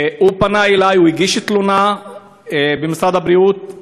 הוא פנה אלי, הוא הגיש תלונה במשרד הבריאות.